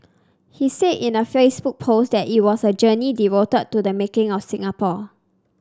he said in a Facebook post that it was a journey devoted to the making of Singapore